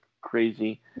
crazy